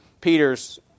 Peter's